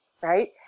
right